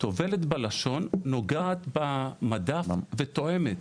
טובלת בלשון, נוגעת במדף וטועמת.